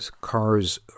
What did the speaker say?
cars